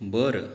बरं